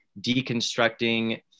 deconstructing